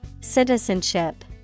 Citizenship